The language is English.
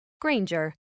granger